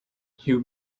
you